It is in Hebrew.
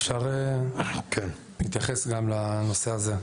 אפשר גם להתייחס לנושא הזה?